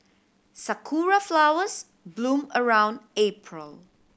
sakura flowers bloom around April